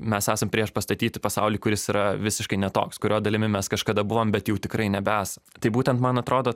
mes esam priešpastatyti pasauliui kuris yra visiškai ne toks kurio dalimi mes kažkada buvom bet jau tikrai nebesa tai būtent man atrodo